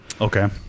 Okay